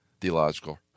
theological